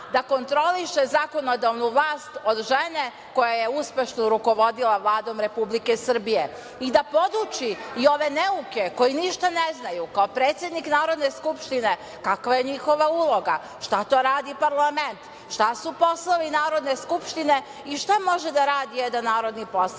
da kontroliše zakonodavnu vlast od žene koja je uspešno rukovodila Vladom Republike Srbije i da poduči i ove neuke koji ništa ne znaju, kao predsednik Narodne skupštine, kakva je njihova uloga, šta to radi parlament, šta su poslovi Narodne skupštine i šta može da radi jedan narodni poslanik? Onda